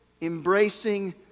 embracing